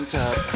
top